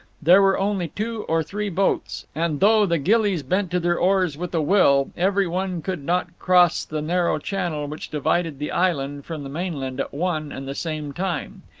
there were only two or three boats and, though the ghillies bent to their oars with a will, every one could not cross the narrow channel which divided the island from the mainland at one and the same time.